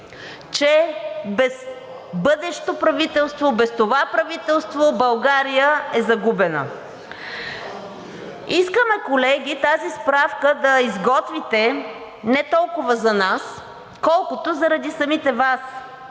че без бъдещо правителство – без това правителство, България е загубена. Искаме, колеги, тази справка да изготвите не толкова за нас, колкото заради самите Вас,